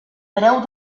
preu